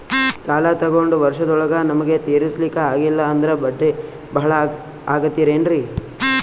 ಸಾಲ ತೊಗೊಂಡು ವರ್ಷದೋಳಗ ನಮಗೆ ತೀರಿಸ್ಲಿಕಾ ಆಗಿಲ್ಲಾ ಅಂದ್ರ ಬಡ್ಡಿ ಬಹಳಾ ಆಗತಿರೆನ್ರಿ?